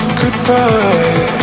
goodbye